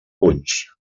punts